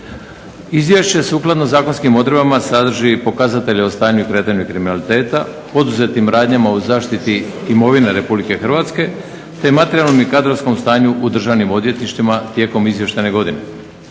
Izvješće sukladno zakonskim odredbama sadrži i pokazatelje o stanju i kretanju kriminaliteta, poduzetim radnjama o zaštiti imovine RH te materijalnom i kadrovskom stanju u državnim odvjetništvima tijekom izvještajne godine.